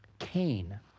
Cain